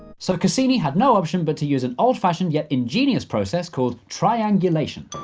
so cassini had no option but to use an old fashioned yet ingenious process called triangulation.